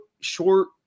short